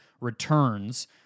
returns